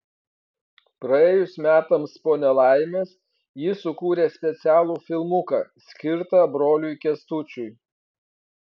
praėjus metams po nelaimės ji sukūrė specialų filmuką skirtą broliui kęstučiui